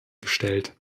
gestellt